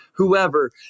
whoever